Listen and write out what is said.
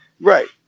right